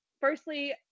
Firstly